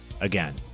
again